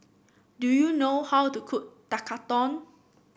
do you know how to cook Tekkadon